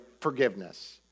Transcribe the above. forgiveness